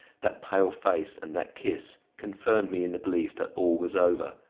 that pale face, and that kiss, confirmed me in the belief that all was over,